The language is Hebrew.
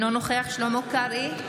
אינו נוכח שלמה קרעי,